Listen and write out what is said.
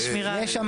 זה בית,